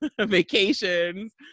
vacations